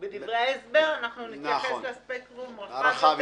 בדברי ההסבר נתייחס לספקטרום רחב יותר